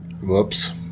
Whoops